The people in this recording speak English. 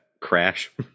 Crash